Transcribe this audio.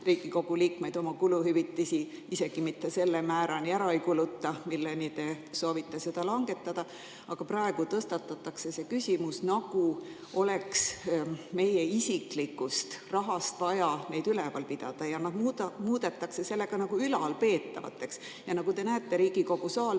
Riigikogu liikmeid ei kuluta oma kuluhüvitisi ära selle määrani, milleni te soovite seda langetada. Aga praegu tõstatatakse see küsimus, nagu oleks meie isiklikust rahast vaja neid üleval pidada ja nad muudetakse sellega nagu ülalpeetavateks. Ja nagu te näete, Riigikogu saal võtab seda